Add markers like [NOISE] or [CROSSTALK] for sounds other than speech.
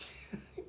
[LAUGHS]